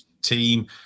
Team